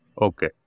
Okay